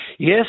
Yes